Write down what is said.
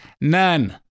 None